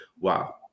wow